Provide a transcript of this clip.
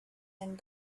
and